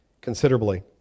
considerably